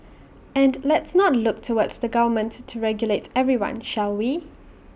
and let's not look towards the government to regulate everyone shall we